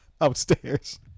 upstairs